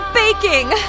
baking